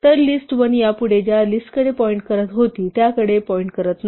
तर list1 यापुढे ज्या लिस्टकडे पॉईंट करत होती त्याकडे पॉईंट करत नाही